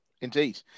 Indeed